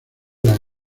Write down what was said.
las